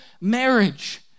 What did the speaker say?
marriage